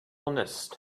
nest